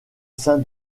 sein